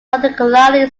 particularly